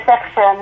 section